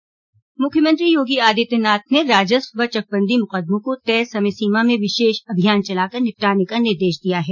मूख्यमंत्री योगी आदित्यनाथ ने राजस्व व चकबंदी मूकदमों को तय समय सीमा में विशेष अभियान चलाकर निपटाने का निर्देश दिया है